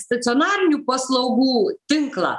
stacionarinių paslaugų tinklą